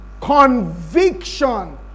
Conviction